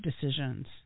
decisions